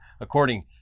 according